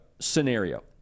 scenario